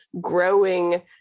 growing